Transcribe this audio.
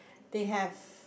they have